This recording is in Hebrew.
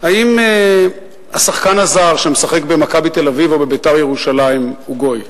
האם השחקן הזר שמשחק ב"מכבי תל-אביב" או ב"בית"ר ירושלים" הוא גוי?